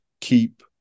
keep